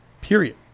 period